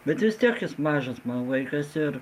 bet vis tiek jis mažas vaikas ir